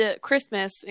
Christmas